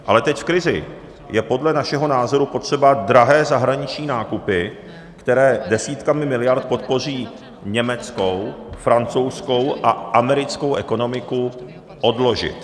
Ale teď v krizi je podle našeho názoru potřeba drahé zahraniční nákupy, které desítkami miliard podpoří německou, francouzskou a americkou ekonomiku, odložit.